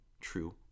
true